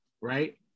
right